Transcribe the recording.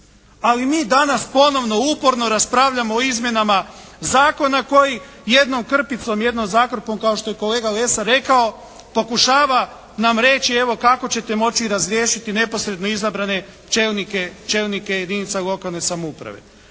Ali mi danas ponovno uporno raspravljamo o izmjenama zakona koji jednom krpicom, jednom zakrpom kao što je kolega Lesar rekao pokušava nam reći evo kako ćete moći razriješiti neposredno izabrane čelnike jedinica lokalne samouprave.